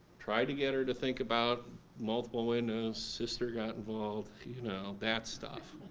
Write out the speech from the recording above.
tried to get her to think about multiple windows, sister got involved, you know, that stuff.